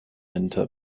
into